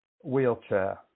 wheelchair